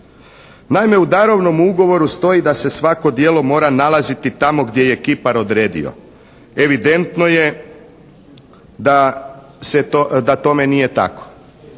Naime u darovnom ugovoru stoji da se svako djelo mora nalaziti tamo gdje je kipar odredio. Evidentno je da tome nije tako.